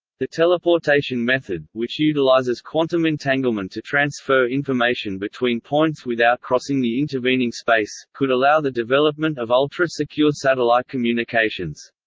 the teleportation method, which utilises quantum entanglement to transfer information between points without crossing the intervening space, could allow the development of ultra-secure satellite communications.